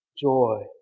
joy